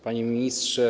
Panie Ministrze!